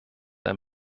ein